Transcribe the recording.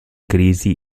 crisi